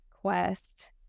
quest